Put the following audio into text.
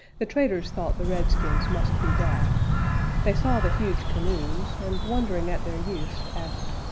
the traders thought the redskins must be daft they saw the huge canoes, and, wondering at their use, asked,